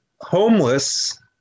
homeless